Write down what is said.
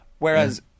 Whereas